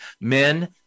Men